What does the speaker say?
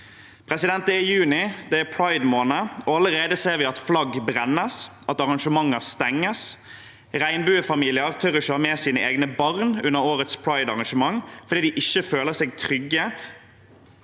alvor. Det er juni, det er pridemåned, og allerede ser vi at flagg brennes, at arrangementer stenges, at regnbuefamilier ikke tør å ha med sine egne barn under årets pridearrangement, fordi de ikke føler seg trygge.